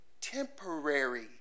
temporary